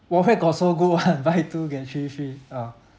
!wah! where got so good one buy two get three free ah